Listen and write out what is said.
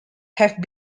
have